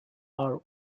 are